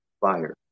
fire